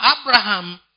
Abraham